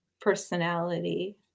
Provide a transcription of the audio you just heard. personality